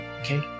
okay